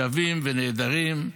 שבים ונעדרים,